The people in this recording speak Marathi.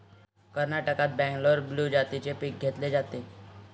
कर्नाटकात बंगलोर ब्लू जातीचे पीक घेतले जाते